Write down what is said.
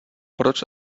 proč